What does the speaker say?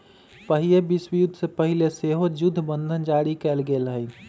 पहिल विश्वयुद्ध से पहिले सेहो जुद्ध बंधन जारी कयल गेल हइ